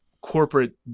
corporate